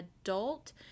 adult